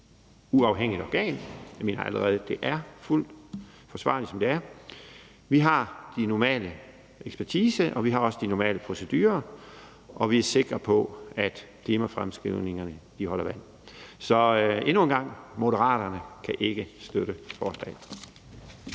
uafhængigt organ. Det er allerede fuldt forsvarligt, som det er. Vi har den normale ekspertise, og vi har også de normale procedurer, og vi er sikre på, at klimafremskrivningerne holder vand. Så endnu en gang vil jeg sige, at Moderaterne ikke kan støtte forslaget.